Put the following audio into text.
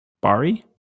Barry